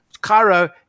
Cairo